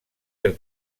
del